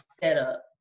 setup